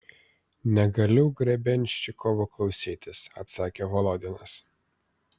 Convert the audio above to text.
negaliu grebenščikovo klausytis atsakė volodinas